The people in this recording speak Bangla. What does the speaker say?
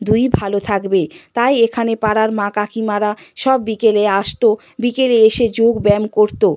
দুইই ভালো থাকবে তাই এখানে পাড়ার মা কাকিমারা সব বিকেলে আসত বিকেলে এসে যোগব্যায়াম করত